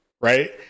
right